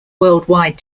worldwide